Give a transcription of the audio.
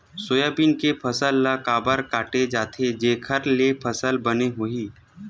Soybean के फसल ल काबर काटे जाथे जेखर ले फसल बने होही?